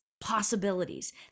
possibilities